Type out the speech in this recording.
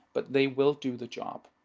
but they will do the job.